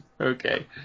Okay